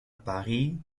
paris